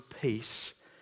peace